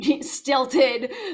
stilted